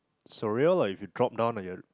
surreal ah if you drop down and